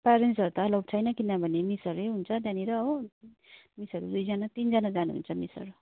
प्यारेन्ट्सहरू त अलाउड छैन किनभने मिसहरू नै हुन्छ त्यहाँनिर हो मिसहरू दुईजना तिनजना जानुहुन्छ मिसहरू